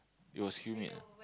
it was humid